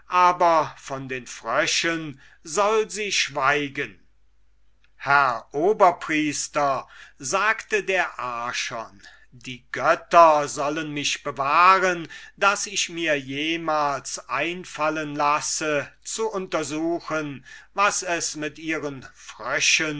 aber von den fröschen soll sie schweigen herr oberpriester sagte der archon die götter sollen mich bewahren daß ich mir jemals einfallen lasse zu untersuchen was es mit ihren fröschen